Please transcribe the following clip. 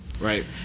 Right